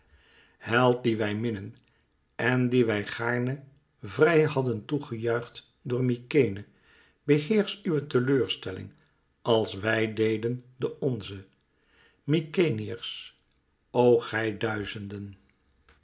held dien wij minnen en dien wij gaarne vrij hadden toe gejuicht door mykenæ beheersch uwe teleurstelling als wij deden de onze mykenæërs o gij duizenden